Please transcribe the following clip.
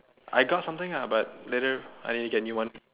I got something ah but later I need to get new one